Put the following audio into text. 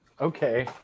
Okay